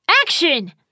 action